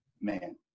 man